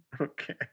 Okay